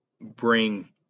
bring